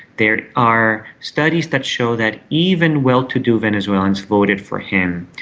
there are studies that show that even well-to-do venezuelans voted for him.